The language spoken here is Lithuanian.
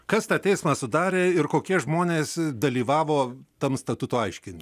kas tą teismą sudarė ir kokie žmonės dalyvavo tam statuto aiškin